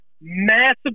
massive